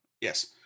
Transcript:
Yes